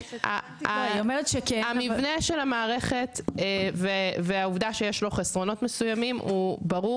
--- המבנה של המערכת והעובדה שיש לו חסרונות מסוימים זה ברור